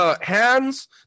hands